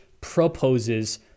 proposes